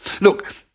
Look